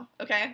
okay